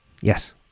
yes